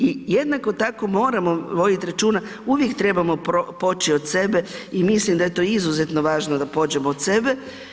I jednako tako, moramo voditi računa, uvijek trebamo poći od sebe i mislim da je to izuzetno važno da pođemo od sebe.